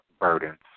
burdens